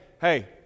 hey